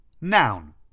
Noun